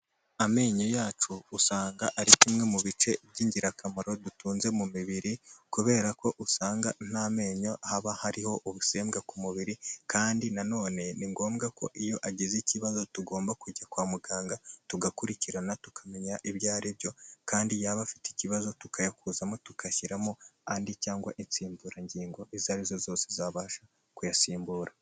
Amenyo yacu usanga ari kimwe mu bice by'ingirakamaro dutunze mu mibiri, kubera ko usanga ntamenyo haba hariho ubusembwa ku mubiri, kandi nanone ni ngombwa ko iyo agize ikibazo tugomba kujya kwa muganga, tugakurikirana tukamenya ibyo aribyo, kandi yaba afite ikibazo tukayakuzamo tugashyiramo andi, cyangwa insimburangingo izo arizo zose zabasha kuyasimbura.